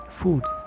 foods